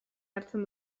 hartzen